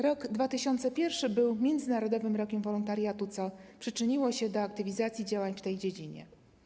Rok 2001 był Międzynarodowym Rokiem Wolontariatu, co przyczyniło się do aktywizacji działań w tej dziedzinie.